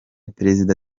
perezida